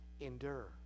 endure